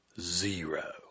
zero